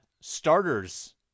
starters